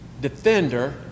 Defender